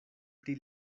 pri